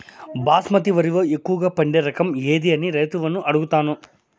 బాస్మతి వరిలో ఎక్కువగా పండే రకం ఏది అని రైతులను అడుగుతాను?